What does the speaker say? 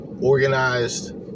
organized